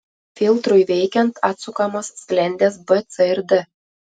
filtrui veikiant atsukamos sklendės b c ir d